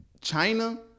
China